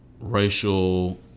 racial